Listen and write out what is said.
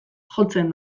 jotzen